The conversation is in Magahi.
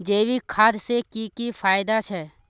जैविक खाद से की की फायदा छे?